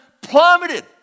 plummeted